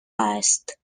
است